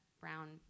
brown